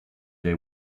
day